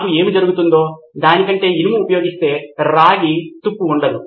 నాకు ఏమి జరుగుతుందో దాని కంటే ఇనుము ఉపయోగిస్తే రాగి తుప్పు ఉండదు